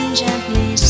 gently